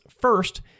first